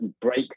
break